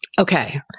Okay